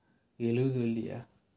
இல்லையா:illaiyaa